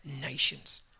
nations